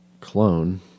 clone